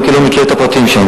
ואני גם לא מכיר את הפרטים שם.